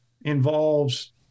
involves